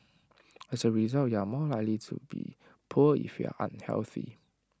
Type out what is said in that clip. as A result you are more likely be poor if you are unhealthy